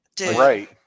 Right